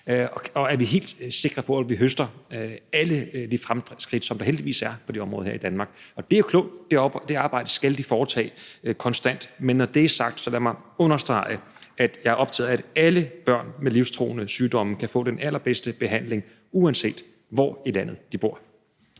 være helt sikre på, at vi høster alle de fremskridt, som der heldigvis er på det område her, i Danmark. Det er jo klogt; det arbejde skal de foretage konstant. Men når det er sagt, så lad mig understrege, at jeg er optaget af, at alle børn med livstruende sygdomme kan få den allerbedste behandling, uanset hvor i landet de bor.